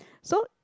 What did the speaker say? so